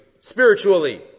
Spiritually